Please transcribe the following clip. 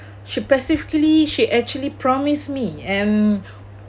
she basically she actually promised me and